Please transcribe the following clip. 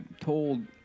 told